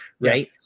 right